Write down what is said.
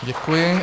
Děkuji.